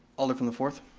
alder from the fourth?